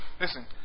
Listen